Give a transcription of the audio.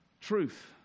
truth